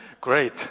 great